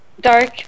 Dark